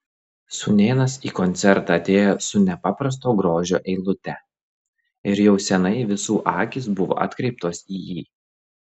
sūnėnas į koncertą atėjo su nepaprasto grožio eilute ir jau seniai visų akys buvo atkreiptos į jį